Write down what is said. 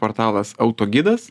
portalas autogidas